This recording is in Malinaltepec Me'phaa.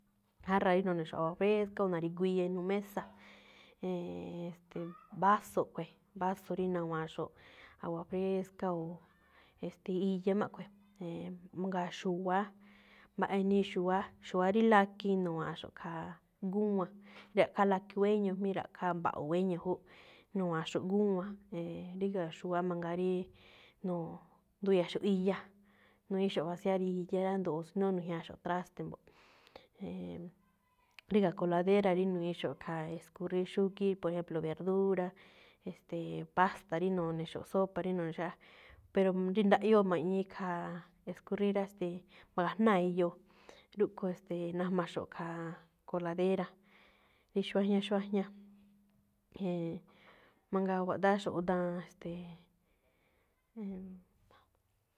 Jarra rí no̱ne̱xo̱ꞌ agua fresca, o na̱rigu iya inuu mesa. E̱e̱n, ste̱e̱, vaso khue̱n, vaso rí na̱wa̱a̱nxo̱ꞌ agua fresca, o e̱ste̱e̱, iya máꞌ khue̱n. E̱e̱n, mangaa xu̱wa̱á. Mbaꞌ enii xu̱wa̱á, xu̱wa̱á rí lakiin, nu̱wa̱a̱nxo̱ꞌ khaa, gúwan, rí ra̱ꞌkháa lakiin wéño míi ra̱ꞌkháa mba̱ꞌo̱ guéño júꞌ. Nuwa̱a̱nxo̱ꞌ gúwan, e̱e̱n, ríga̱ xu̱wa̱á mangaa ríí, no̱o̱, ndu̱ya̱xo̱ꞌ iya, nu̱ñi̱íxo̱ꞌ vaciar iya rá, ndo̱o̱s ná nu̱jña̱axo̱ꞌ traste mbo̱ꞌ. E̱e̱n, ríga̱ coladera rí nu̱ñi̱íxo̱ꞌ khaa, escurrir xúgíí, por ejemplo, verdura, e̱ste̱e̱, pasta rí no̱ne̱xo̱ꞌ sopa, rí no̱ne̱xo̱ rá, pero rí ndaꞌyóo ma̱ꞌñii khaa, escurrir rá, ste̱e̱, ma̱ga̱jnáa eyoo. Rúꞌkhue̱n ste̱e̱ najmaxo̱ꞌ khaa, coladera rí xuájñá, xuájñá. E̱e̱n, mangaa guaꞌdááxo̱ꞌ ndaa, e̱ste̱e̱.